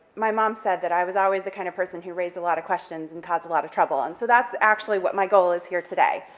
my mom said that i was always the kind of person who raised a lot of questions and caused a lot of trouble, and so that's actually what my goal is here today,